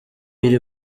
iri